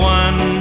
one